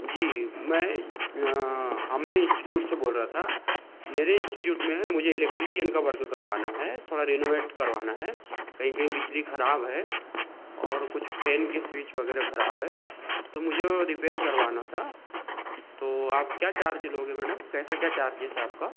जी मैं अम्बे इंस्टिट्यूट से बोल रहा था मेरे इंस्टिट्यूट में न मुझे इलेक्ट्रिशियन का वर्क करवाना है थोड़ा रेनोवेट करवाना है कहीं कहीं बिजली खराब है और कुछ फे़न के स्विच वगैरह खराब है तो मुझे वो रिपेयर करवाना था तो आप क्या चार्ज लोगे मैडम कैसा क्या चार्जेस है आपका